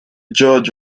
judge